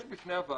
יש בפני הוועדה,